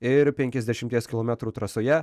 ir penkiasdešimties kilometrų trasoje